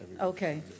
Okay